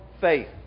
faith